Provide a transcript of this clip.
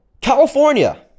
California